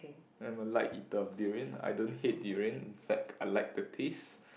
I'm a light eater of durian I don't hate durian but I like the taste